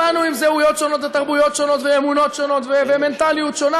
באנו עם זהויות שונות ותרבויות שונות ואמונות שונות ומנטליות שונה,